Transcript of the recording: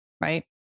Right